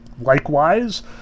Likewise